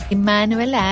Emmanuel